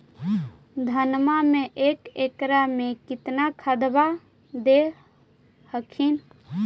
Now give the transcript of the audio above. धनमा मे एक एकड़ मे कितना खदबा दे हखिन?